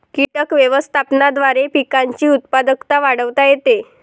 कीटक व्यवस्थापनाद्वारे पिकांची उत्पादकता वाढवता येते